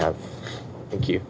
have thank you